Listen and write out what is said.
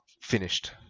finished